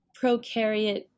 prokaryote